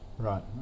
Right